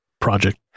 project